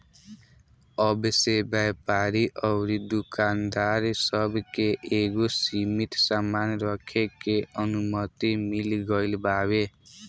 अब से व्यापारी अउरी दुकानदार सब के एगो सीमित सामान रखे के अनुमति मिल गईल बावे